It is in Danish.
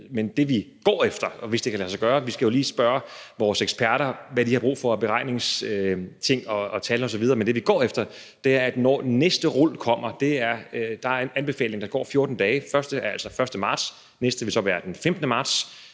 Men det, vi går efter, og hvis det kan lade sig gøre, for vi skal jo lige spørge vores eksperter, hvad de har brug for af beregningsting, tal osv., er, at når næste rul kommer – der er en anbefaling, der løber i 14 dage, og den første er altså den 1. marts, og den næste vil så være den 15. marts